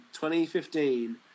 2015